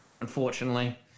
unfortunately